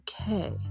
Okay